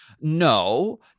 no